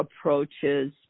approaches